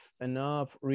enough